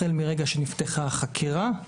החל מרגע שנפתחה החקירה,